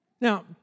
Now